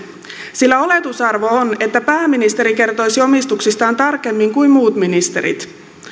sillä oletusarvo on että pääministeri kertoisi omistuksistaan tarkemmin kuin muut ministerit